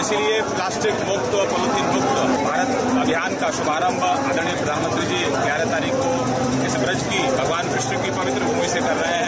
इसीलिए प्लास्टिक मुक्त पॉलिथीन मुक्त भारत अभिान का शुभारम्भ माननीय प्रधानमंत्री जी ग्यारह तारीख को इस ब्रज की भगवान कृष्ण की पवित्र भूमि से कर रहे हैं